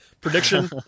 prediction